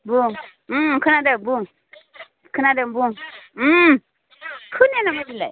बुं खोनादों बुं खोनादों बुं खोनाया नामा बिलाय